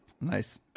Nice